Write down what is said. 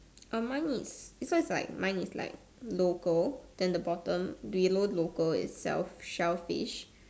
err mine is this one is like mine is like local then the bottom below local is sell~ shellfish